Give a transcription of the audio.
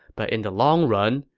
but in the long run,